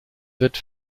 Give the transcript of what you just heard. wird